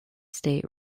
state